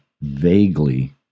vaguely